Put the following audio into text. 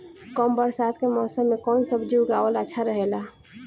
कम बरसात के मौसम में कउन सब्जी उगावल अच्छा रहेला?